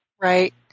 Right